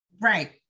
Right